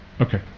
Okay